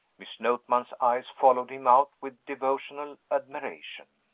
miss notman's eyes followed him out with devotional admiration.